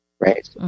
Right